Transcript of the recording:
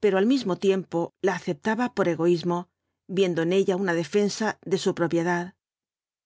pero al mismo tiempo la aceptaba por egoísmo viendo en ella una defensa de su propiedad